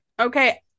Okay